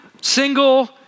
single